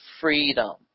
freedom